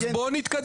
אז בוא נתקדם.